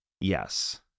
Yes